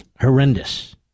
Horrendous